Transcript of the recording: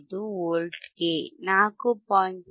15 Vಗೆ 4